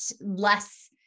less